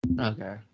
Okay